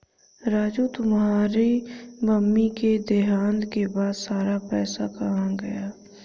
राजू तुम्हारे मम्मी के देहांत के बाद सारा पैसा कहां गया?